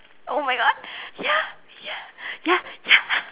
!oh-my-God! ya ya ya ya